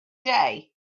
day